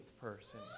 person